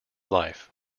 life